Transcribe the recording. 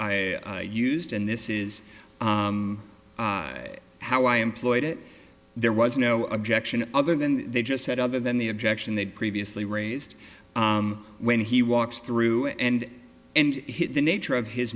used and this is how i employed it there was no objection other than they just said other than the objection they'd previously raised when he walks through and and hit the nature of his